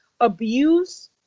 abuse